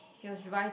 he was right